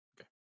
okay